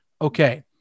okay